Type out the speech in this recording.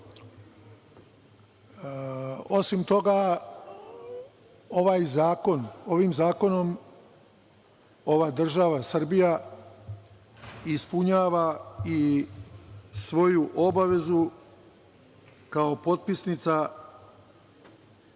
toga, ovim zakonom ova država Srbija ispunjava i svoju obavezu kao potpisnica